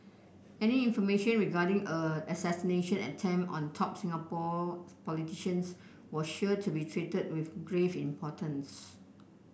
any information regarding a assassination attempt on top Singapore politicians was sure to be treated with grave importance